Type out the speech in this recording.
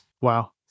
Wow